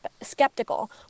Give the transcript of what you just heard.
skeptical